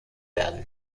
werden